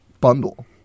bundle